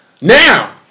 Now